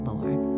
Lord